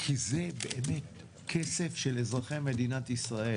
כי זה באמת כסף של אזרחי מדינת ישראל.